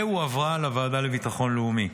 והועברה לוועדה לביטחון לאומי.